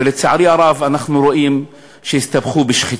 ולצערי הרב, אנחנו רואים שהסתבכו בשחיתות.